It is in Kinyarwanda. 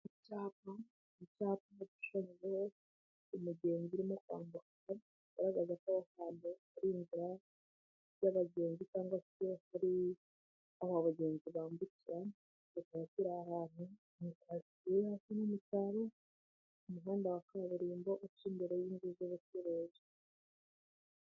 Icyapa ni icyapa gishushanyijeho umugenzi urimo kwambuka, kigaragaza ko aho hantu hari inzira y'abagenzi cyangwa se hari aho abagenzi bambukira kikaba kiri ahantu mu cartien yo hasi mu cyaro ku umuhanda wa kaburimbo uca imbere y'inzu z'abacuruzi.